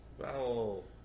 Vowels